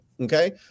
okay